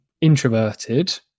introverted